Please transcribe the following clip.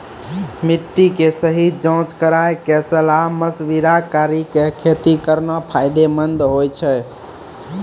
मिट्टी के सही जांच कराय क सलाह मशविरा कारी कॅ खेती करना फायदेमंद होय छै